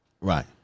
Right